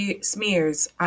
smears